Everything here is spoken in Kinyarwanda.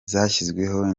zashyizweho